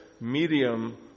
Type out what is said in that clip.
medium